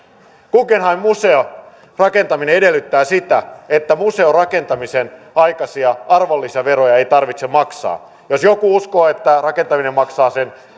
guggenheim museon rakentaminen edellyttää sitä että museon rakentamisen aikaisia arvonlisäveroja ei tarvitse maksaa jos joku uskoo että tämä rakentaminen maksaa sen